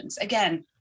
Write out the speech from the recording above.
Again